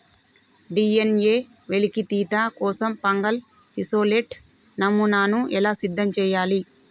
DNA వెలికితీత కోసం fungal isolate నమూనాను ఎలా సిద్ధం చెయ్యాలి?